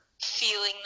feeling